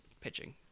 pitching